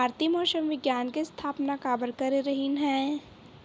भारती मौसम विज्ञान के स्थापना काबर करे रहीन है?